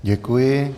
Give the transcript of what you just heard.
Děkuji.